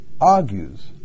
argues